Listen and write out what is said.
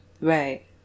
Right